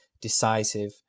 decisive